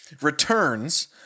returns